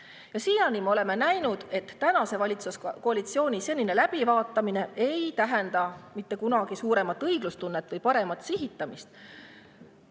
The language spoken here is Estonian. Siiani me oleme näinud, et tänase valitsuskoalitsiooni poolt läbivaatamine ei tähenda mitte kunagi suuremat õiglustunnet või paremat sihitamist,